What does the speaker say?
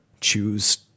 choose